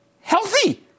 healthy